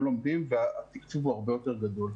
לא לומדים והתקצוב הוא הרבה יותר גדול.